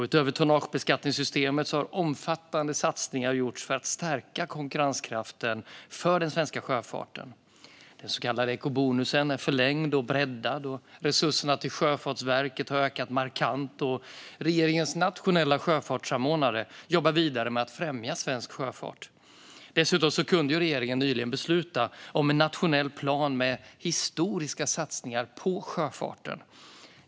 Utöver tonnagebeskattningssystemet har omfattande satsningar gjorts för att stärka konkurrenskraften för den svenska sjöfarten. Den så kallade ekobonusen är förlängd och breddad, resurserna till Sjöfartsverket har ökat markant och regeringens nationella sjöfartssamordnare jobbar vidare med att främja svensk sjöfart. Dessutom kunde regeringen nyligen besluta om en nationell plan med historiska satsningar på sjöfarten.